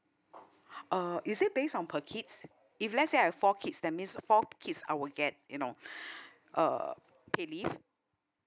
uh is it based on per kids if let say I have four kids that means four kids I will get you know uh paid leave